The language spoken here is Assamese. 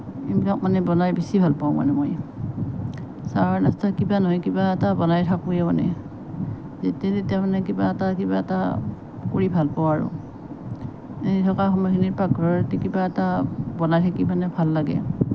এইবিলাক মানে বনাই বেছি ভাল পাওঁ মানে মই চাহৰ নাস্তা কিবা নহয় কিবা এটা বনাই থাকোঁৱে মানে যেতিয়া তেতিয়া মানে কিবা এটা কিবা এটা কৰি ভাল পাওঁ আৰু এনেই থকা সময়খিনিত পাকঘৰতে কিবা এটা বনাই থাকি মানে ভাল লাগে